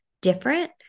different